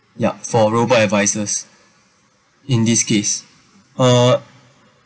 yup for robo advisers in this case uh